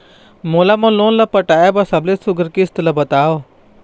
मोला मोर लोन ला पटाए बर सबले सुघ्घर किस्त ला बताव?